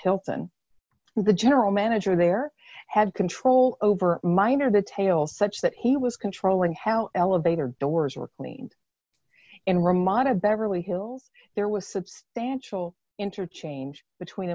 hilton the general manager there had control over minor the tail such that he was controlling how elevator doors were cleaned in ramada beverly hills there was substantial interchange between